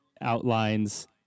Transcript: outlines